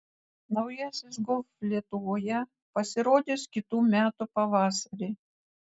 naujasis golf lietuvoje pasirodys kitų metų pavasarį